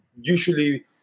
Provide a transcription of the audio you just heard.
usually